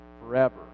forever